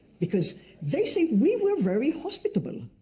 because they say, we were very hospitable,